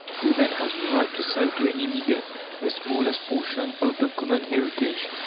who, then, has the right to sell to any bidder the smallest portion of the common heritage?